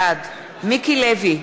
בעד מיקי לוי,